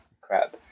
crap